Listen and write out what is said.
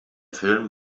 film